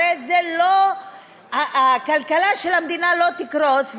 הרי הכלכלה של המדינה לא תקרוס,